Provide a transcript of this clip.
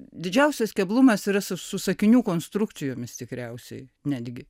didžiausias keblumas yra su sakinių konstrukcijomis tikriausiai netgi